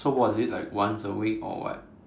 so what is it like once a week or what